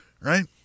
right